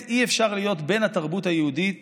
במורשת שלנו שבאמת אי-אפשר להיות בן התרבות היהודית